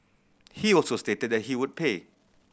he also stated that he would pay